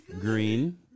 Green